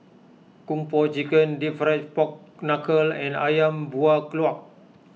Kung Po Chicken Deep Fried Pork Knuckle and Ayam Buah Keluak